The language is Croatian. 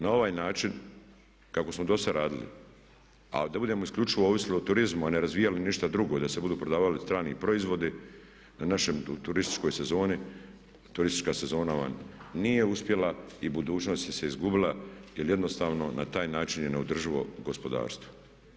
Na ovaj način kako smo dosad radili, a da budemo isključivo ovisili o turizmu, a ne razvijali ništa drugo i da se budu prodavali strani proizvodi u našoj turističkoj sezoni turistička sezona vam nije uspjela i budućnost se izgubila jer jednostavno na taj način je neodrživo gospodarstvo.